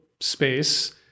space